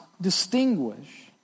distinguish